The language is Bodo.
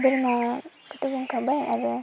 बोरमाखौथ' बुंखांबाय आरो